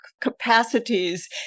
capacities